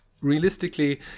Realistically